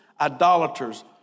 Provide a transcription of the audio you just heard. idolaters